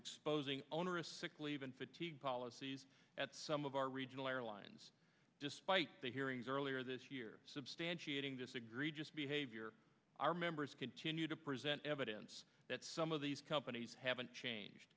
exposing onerous sickleave and fatigue policies at some of our regional airlines despite the hearings earlier this year substantiating disagree just behavior our members continue to present evidence that some of these companies haven't changed